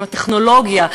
עם הטכנולוגיה,